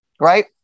Right